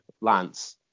Lance